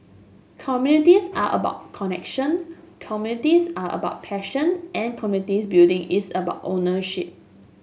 communities are about connection communities are about passion and communities building is about ownership